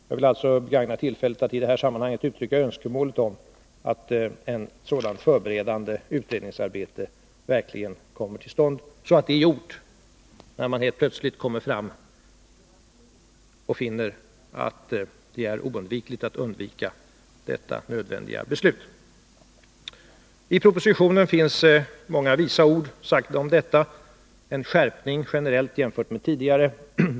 Jag vill alltså begagna tillfället att i det här sammanhanget uttrycka önskemål om att ett sådant förberedande utredningsarbete verkligen kommer till stånd, så att det är gjort, när man helt plötsligt finner att det är oundvikligt att fatta detta nödvändiga beslut. I propositionen finns många visa ord skrivna om detta, en skärpning generellt jämfört med tidigare.